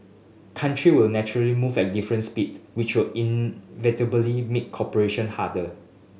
country will naturally move at different speed which will inevitably make cooperation harder